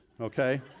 Okay